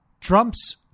Trump's